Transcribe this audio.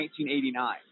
1989